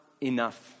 enough